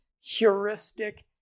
heuristic